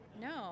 no